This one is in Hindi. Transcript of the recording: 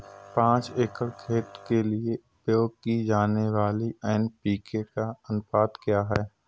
पाँच एकड़ खेत के लिए उपयोग की जाने वाली एन.पी.के का अनुपात क्या है?